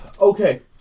Okay